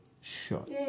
shot